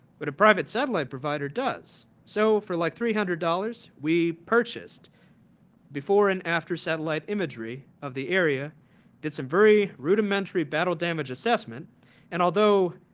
but a private satellite provider does. so for like three hundred dollars we purchased before and after satellite imagery of the area and it's a very rudimentary battle damage assessment and although